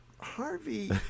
harvey